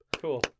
Cool